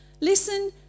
Listen